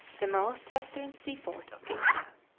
the most western seaport of india.